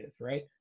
right